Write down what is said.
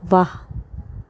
વાહ